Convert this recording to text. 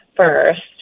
first